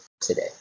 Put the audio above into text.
today